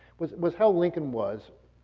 was was how lincoln was.